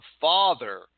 Father